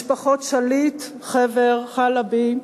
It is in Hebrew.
משפחות שליט, חבר, חלבי וארד,